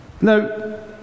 Now